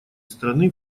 страны